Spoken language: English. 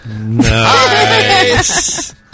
Nice